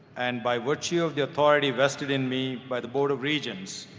and by virtue of the authority vested in me by the board of regents,